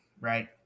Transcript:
right